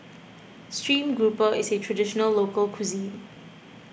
Stream Grouper is a Traditional Local Cuisine